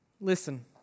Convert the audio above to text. Listen